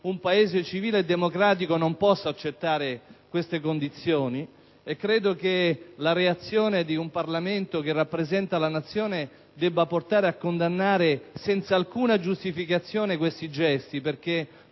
un Paese civile e democratico non possa accettare queste condizioni e che la reazione di un Parlamento che rappresenti la Nazione debba portare a condannare senza alcuna giustificazione questi gesti.